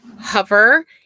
hover